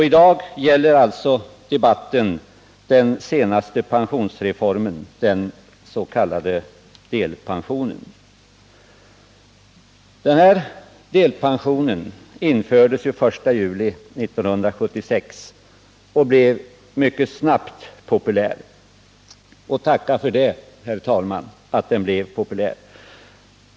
I dag gäller debatten den senaste pensionsreformen, den s.k. delpensionen. Delpensionen infördes den 1 juli 1976 och blev mycket snabbt populär. Och det är, herr talman, inte underligt att den blev det.